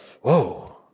Whoa